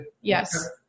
Yes